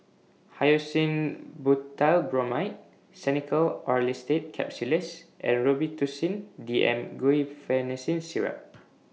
Hyoscine Butylbromide Xenical Orlistat Capsules and Robitussin D M Guaiphenesin Syrup